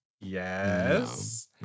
Yes